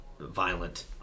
Violent